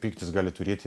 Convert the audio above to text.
pyktis gali turėti